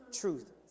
truth